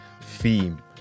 theme